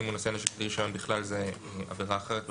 אם הוא נושא נשק בלי רישיון זו בכלל עבירה אחרת.